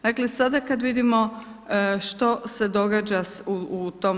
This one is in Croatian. Dakle, sada kada vidimo što se događa u tom